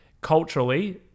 Culturally